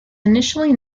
initially